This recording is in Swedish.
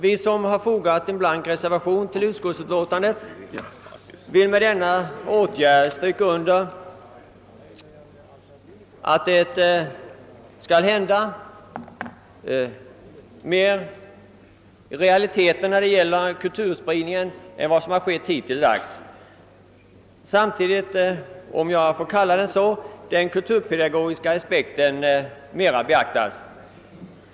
Vi som har fogat en blank reservation till utskottsutlåtandet vill med denna åtgärd stryka under att det skall hända mer vad beträffar en ökad kulturspridning än hittills samtidigt som den kulturpedagogiska aspekten, om jag får kalla den så, bör beaktas mera.